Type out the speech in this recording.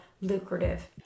lucrative